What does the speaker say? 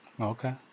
Okay